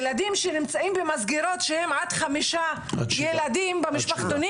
ילדים שנמצאים במסגרות שהם עד חמישה ילדים במשפחתונים